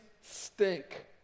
stink